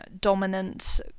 dominant